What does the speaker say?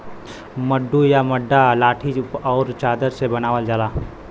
मड्डू या मड्डा लाठी आउर चादर से बनावल जाला